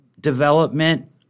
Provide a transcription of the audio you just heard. development